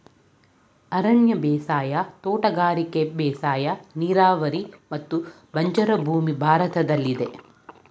ಅರಣ್ಯ ಬೇಸಾಯ, ತೋಟಗಾರಿಕೆ ಬೇಸಾಯ, ನೀರಾವರಿ ಮತ್ತು ಬಂಜರು ಭೂಮಿ ಭಾರತದಲ್ಲಿದೆ